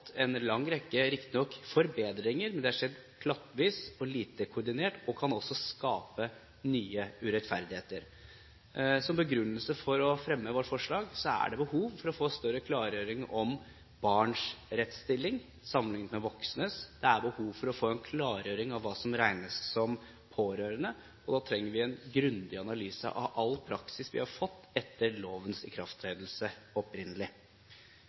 en lang rekke forbedringer, men det har skjedd klattvis og lite koordinert og kan også skape nye urettferdigheter. Som begrunnelse for å fremme vårt forslag er behovet for å få større klargjøring om barns rettsstilling sammenliknet med voksnes, og det er behov for å få en klargjøring i hvem som regnes som pårørende. Da trenger vi en grundig analyse av all praksis vi har fått etter lovens ikrafttredelse opprinnelig.